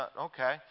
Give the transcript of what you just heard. Okay